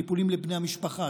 טיפולים לבני המשפחה,